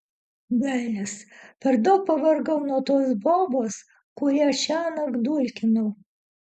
velnias per daug pavargau nuo tos bobos kurią šiąnakt dulkinau